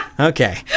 Okay